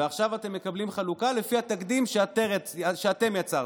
ועכשיו אתם מקבלים חלוקה לפי התקדים שאתם יצרתם.